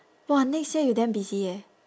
!wah! next year you damn busy eh